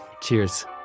Cheers